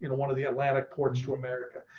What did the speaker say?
you know one of the atlantic ports to america,